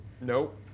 Nope